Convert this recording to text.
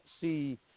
see